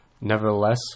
nevertheless